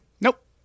Nope